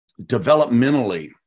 developmentally